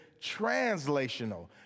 translational